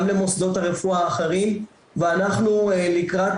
גם למוסדות הרפואה האחרים ואנחנו לקראת